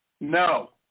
No